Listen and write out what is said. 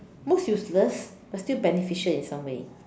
most useless but still beneficial in some way